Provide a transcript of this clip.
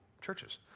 churches